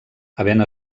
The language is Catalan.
havent